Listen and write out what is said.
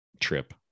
trip